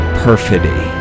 perfidy